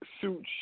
suits